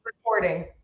recording